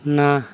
ନା